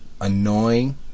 annoying